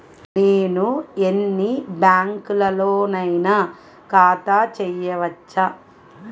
నేను ఎన్ని బ్యాంకులలోనైనా ఖాతా చేయవచ్చా?